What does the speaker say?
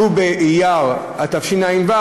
ט"ו באייר התשע"ו,